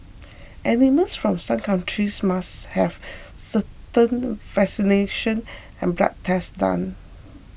animals from some countries must have certain vaccination and blood tests done